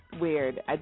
weird